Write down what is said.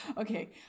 Okay